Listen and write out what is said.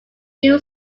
new